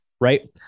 right